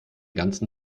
ganzen